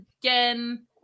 again